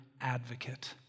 advocate